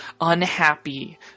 unhappy